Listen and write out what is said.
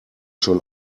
schon